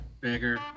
Bigger